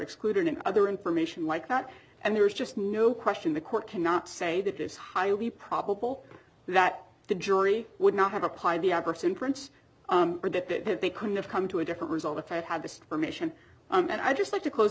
excluded in other information like that and there's just no question the court cannot say that it's highly probable that the jury would not have applied the our person prints or that they could have come to a different result if i had the permission and i just like to close